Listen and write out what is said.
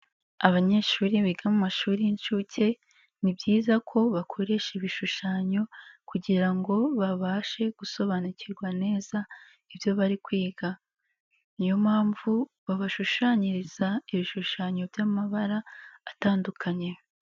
Abanyeshuri biga mu mashuri y'inshuke, ni byiza ko bakoresha ibishushanyo kugira ngo babashe gusobanukirwa neza ibyo bari kwiga, niyo mpamvu babashushanyiriza ibishushanyo by'amabara atandukanye.